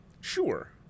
Sure